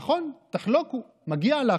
נכון, תחלוקו, מגיע לך.